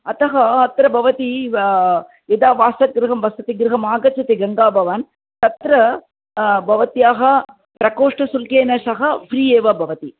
अतः अत्र भवती यदा वासगृहं वसतिगृहम् आगच्छति गङ्गाभवनं तत्र भवत्याः प्रकोष्ठशुल्केन सह फ़्री एव भवति